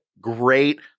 Great